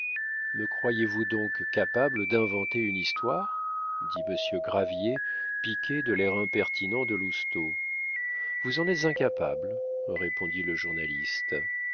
me croyez-vous donc capable d'inventer une histoire dit monsieur gravier piqué de l'air impertinent de lousteau vous en êtes incapable répondit le journaliste